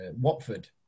Watford